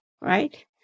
right